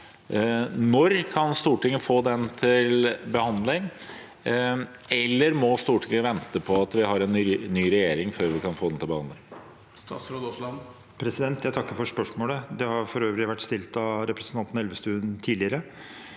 Når kan Stortinget få den til behandling, eller må Stortinget vente på en ny regjering før vi kan få den til behandling? Statsråd Terje Aasland Jeg takker for spørsmålet. Det har for øvrig vært stilt av representanten Elvestuen tidligere.